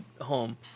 home